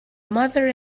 mother